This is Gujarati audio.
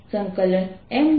તેથી M